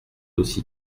aussi